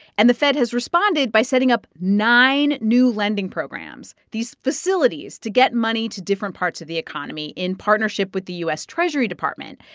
and the fed has responded by setting up nine new lending programs, these facilities to get money to different parts of the economy in partnership with the u s. treasury department.